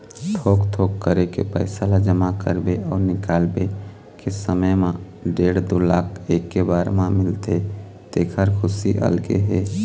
थोक थोक करके पइसा ल जमा करबे अउ निकाले के समे म डेढ़ दू लाख एके बार म मिलथे तेखर खुसी अलगे हे